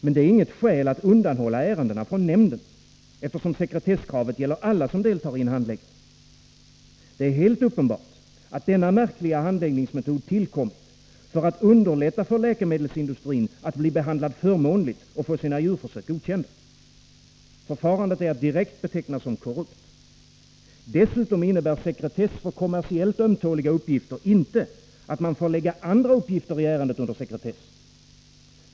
Men det är inget skäl att undanhålla ärendena från nämnden, eftersom sekretesskravet gäller alla som deltar i en handläggning. Det är helt uppenbart att denna märkliga handläggningsmetod tillkommit för att underlätta för läkemedelsindustrin att bli behandlad förmånligt och få sina djurförsök godkända. Förfarandet är att beteckna som direkt korrupt. Dessutom innebär sekretess för kommersiellt ömtåliga uppgifter inte att man får lägga andra uppgifter i ärendet under sekretess.